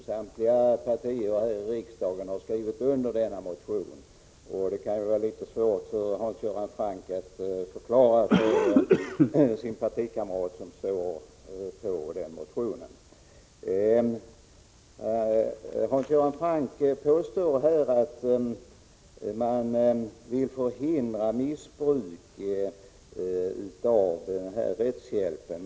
Samtliga partier här i riksdagen har alltså skrivit under denna motion, och det kan kanske vara litet svårt för Hans Göran Franck att förklara sin inställning för den partikamrat som står bakom motionen. Hans Göran Franck påstår att syftet med bestämmelsen är att man vill förhindra missbruk av rättshjälpen.